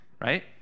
Right